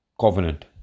Covenant